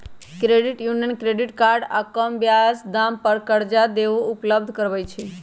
credit union credit card आऽ कम ब्याज दाम पर करजा देहो उपलब्ध करबइ छइ